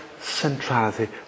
centrality